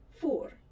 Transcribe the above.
four